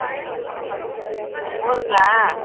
ம் போதுங்களா